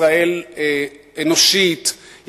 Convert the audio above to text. ישראל אנושית,